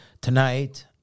Tonight